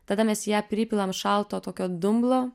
tada mes į ją pripilam šalto tokio dumblo